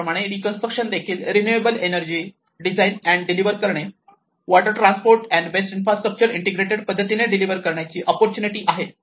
त्याचप्रमाणे रिकंस्ट्रक्शन देखील renewable energy design and deliver करणे water transport and waste infrastructure integrated पद्धतीने डिलिव्हर करण्याची ओप्पोर्तूनिटी आहे